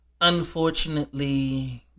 Unfortunately